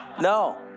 No